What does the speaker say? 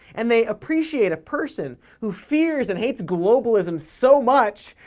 and they appreciate a person who fears and hates globalism so much,